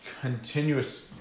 continuous